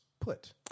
put